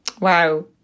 Wow